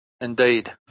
Indeed